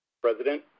President